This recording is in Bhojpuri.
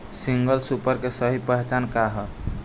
सिंगल सुपर के सही पहचान का हई?